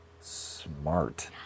smart